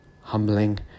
humbling